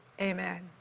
amen